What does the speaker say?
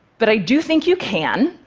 but i do think you can.